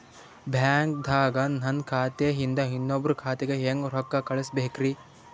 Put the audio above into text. ಬ್ಯಾಂಕ್ದಾಗ ನನ್ ಖಾತೆ ಇಂದ ಇನ್ನೊಬ್ರ ಖಾತೆಗೆ ಹೆಂಗ್ ರೊಕ್ಕ ಕಳಸಬೇಕ್ರಿ?